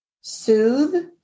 soothe